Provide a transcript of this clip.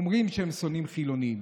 אומרים שהם שונאים חילונים.